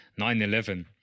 9-11